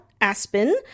Aspen